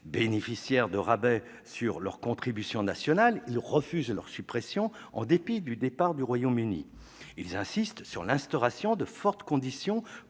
Bénéficiaires de rabais sur leurs contributions nationales, ils refusent leur suppression en dépit du départ du Royaume-Uni. Ils insistent sur l'instauration de conditions